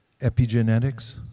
epigenetics